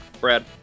Brad